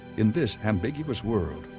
in this ambiguous world,